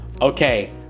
okay